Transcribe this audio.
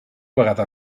vegada